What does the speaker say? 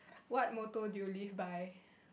what motto do you live by